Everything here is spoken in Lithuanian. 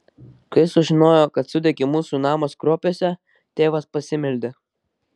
kai sužinojo kad sudegė mūsų namas kruopiuose tėvas pasimeldė